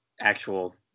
actual